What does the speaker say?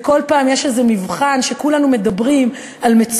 ובכל פעם יש איזה מבחן שכולנו מדברים עליו,